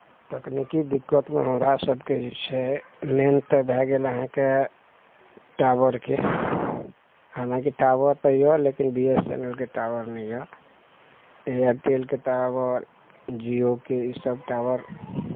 तकनिकी दिक्कतमे हमरा सबके जे छै मेन तऽ भए गेल अहाँके टावरके हालाँकि टावर तऽ यऽ लेकिन बी एस एन एलके टावर नहि अछि एयरटेलके टावर जियो के ई सब टावर